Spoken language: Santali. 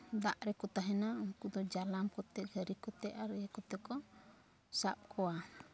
ᱫᱟᱜ ᱨᱮᱠᱚ ᱛᱟᱦᱮᱱᱟ ᱩᱱᱠᱩ ᱫᱚ ᱡᱟᱞᱟᱢ ᱠᱚᱛᱮ ᱜᱷᱟᱹᱨᱤ ᱠᱚᱛᱮ ᱟᱨ ᱤᱭᱟᱹᱠᱚᱛᱮ ᱠᱚ ᱥᱟᱵ ᱠᱚᱣᱟ